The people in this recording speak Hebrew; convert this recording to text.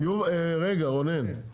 רגע, רונן.